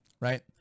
right